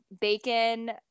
bacon